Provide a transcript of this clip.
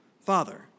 father